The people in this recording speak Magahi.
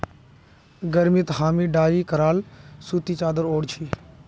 गर्मीत हामी डाई कराल सूती चादर ओढ़ छि